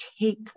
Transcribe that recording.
take